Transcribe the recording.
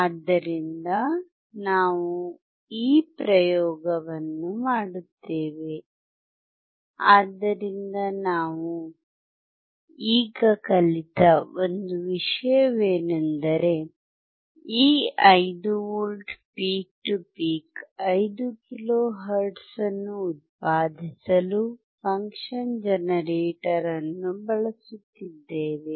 ಆದ್ದರಿಂದ ನಾವು ಈ ಪ್ರಯೋಗವನ್ನು ಮಾಡುತ್ತೇವೆ ಆದ್ದರಿಂದ ನಾವು ಈ ಪ್ರಯೋಗವನ್ನು ಮಾಡುತ್ತೇವೆ ನಾವು ಈಗ ಕಲಿತ ಒಂದು ವಿಷಯವೆಂದರೆ ಈ 5V peak to peak 5 kilo hertz ಅನ್ನು ಉತ್ಪಾದಿಸಲು ಫಂಕ್ಷನ್ ಜನರೇಟರ್ ಅನ್ನು ಬಳಸುತ್ತಿದ್ದೇವೆ